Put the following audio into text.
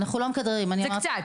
אנחנו לא מכדררים --- זה קצת.